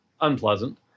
unpleasant